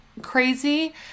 crazy